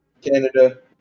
Canada